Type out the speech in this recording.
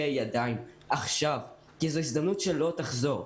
ידיים עכשיו כי זו הזדמנות שלא תחזור.